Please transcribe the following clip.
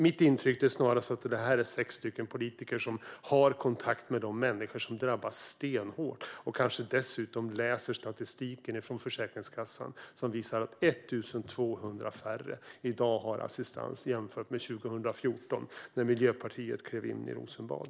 Mitt intryck är snarast att det här är sex politiker som har kontakt med de människor som drabbas stenhårt och kanske dessutom läser den statistik från Försäkringskassan som visar att 1 200 färre har assistans i dag jämfört med 2014 när Miljöpartiet klev in i Rosenbad.